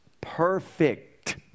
perfect